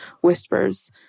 whispers